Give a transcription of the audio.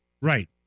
Right